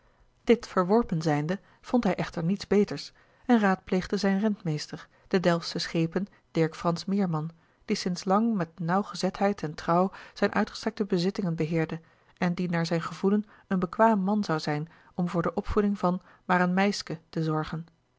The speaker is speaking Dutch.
dit verworpen zijnde vond hij echter niets beters en raadpleegde zijnen rentmeester den delftschen schepen dirk frans meerman die sinds lang met nauwgezetheid en trouw zijne uitgestrekte bezittingen beheerde en die naar zijn gevoelen een bekwaam man zou zijn om voor de opvoeding van maar een meiske te zorgen